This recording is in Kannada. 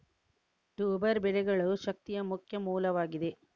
ಟ್ಯೂಬರ್ ಬೆಳೆಗಳು ಶಕ್ತಿಯ ಮುಖ್ಯ ಮೂಲವಾಗಿದೆ